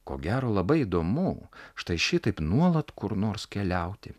ko gero labai įdomu štai šitaip nuolat kur nors keliauti